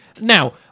Now